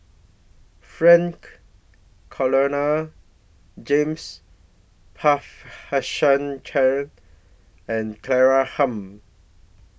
Frank Cloutier James Puthucheary and Claire Tham